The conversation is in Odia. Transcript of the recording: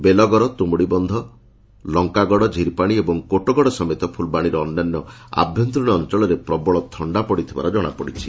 ବେଲଘର ତମୁଡିବନ୍ଦ ଲଙ୍କାଗଡ ଝିର୍ପାଶି ଏବଂ କୋଟଗଡ ସମେତ ଫୁଲବାଣୀର ଅନ୍ୟାନ୍ୟ ଆଭ୍ୟନ୍ତରୀଶ ଅଞ୍ଚଳରେ ପ୍ରବଳ ଥଣ୍ଡା ପଡିଥିବାର ଜଣାପଡିଛି